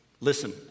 listen